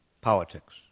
politics